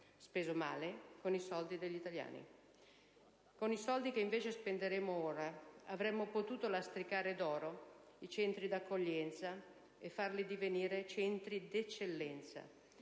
speso male, con i soldi degli italiani. Con i soldi che invece spenderemo ora, avremmo potuto lastricare d'oro i centri d'accoglienza e farli divenire centri d'eccellenza